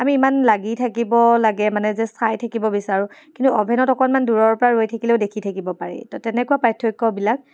আমি ইমান লাগি থাকিব লাগে মানে যে চাই থাকিব বিচাৰোঁ কিন্তু অ'ভেনত অকণমান দূৰৰ পৰা ৰৈ থাকিলেও দেখি থাকিব পাৰি তো তেনেকুৱা পাৰ্থক্যবিলাক